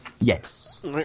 Yes